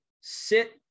sit